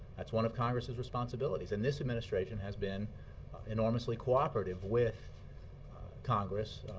that's one of congress's responsibilities. and this administration has been enormously cooperative with congress